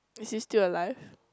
is he still alive